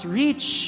reach